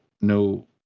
no